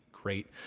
great